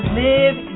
live